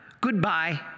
Goodbye